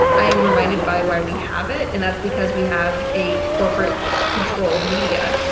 i am reminded by why we have it and that's because we have a corporate controlled media,